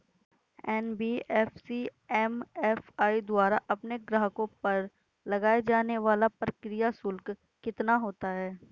NBFC MFI द्वारा अपने ग्राहकों पर लगाए जाने वाला प्रक्रिया शुल्क कितना होता है?